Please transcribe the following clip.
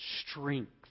strength